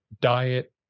diet